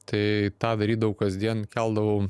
tai tą daryt daug kasdien keldavau